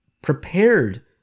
prepared